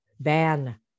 ban